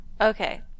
Okay